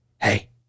Hey